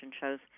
shows